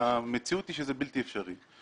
המציאות היא שזה בלתי אפשרי.